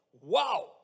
Wow